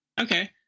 Okay